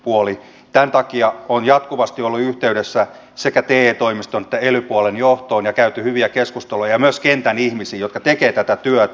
tämän takia olen jatkuvasti ollut yhteydessä sekä te toimiston että ely puolen johtoon olemme käyneet hyviä keskusteluja ja myös kentän ihmisiin jotka tekevät tätä työtä